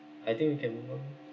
I think animal